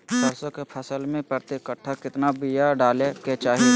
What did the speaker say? सरसों के फसल में प्रति कट्ठा कितना बिया डाले के चाही?